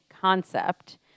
concept